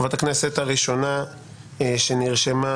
חברת הכנסת הראשונה שנרשמה,